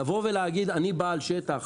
לבוא ולהגיד אני בעל שטח,